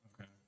Okay